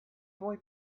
boy